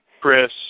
Chris